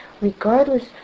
regardless